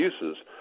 uses